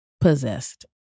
possessed